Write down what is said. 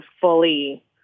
fully